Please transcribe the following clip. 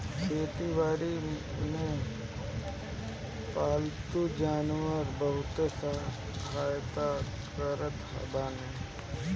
खेती बारी में पालतू जानवर बहुते सहायता करत बाने